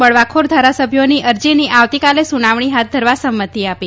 બળવાખોર ધારાસભ્યોની અરજીની આવતીકાલે સુનાવણી હાથ ધરવા સંમતી આપી